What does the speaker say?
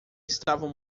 estavam